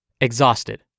Exhausted